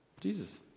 jesus